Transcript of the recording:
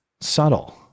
subtle